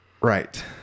right